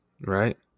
right